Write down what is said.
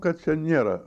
kad čia nėra